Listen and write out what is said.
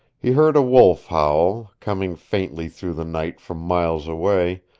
he heard a wolf howl, coming faintly through the night from miles away,